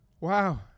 Wow